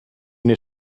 nei